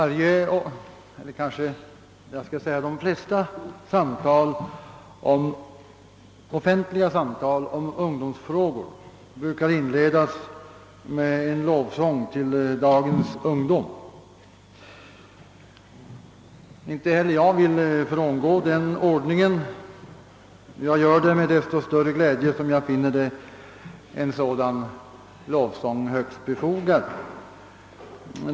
Herr talman! De flesta offentliga samtal om ungdomsfrågor brukar inledas med en »lovsång» till dagens ungdom. Inte heller jag vill frångå den ordningen, särskilt som jag finner en sådan lovsång högst befogad.